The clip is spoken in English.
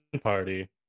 party